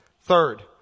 Third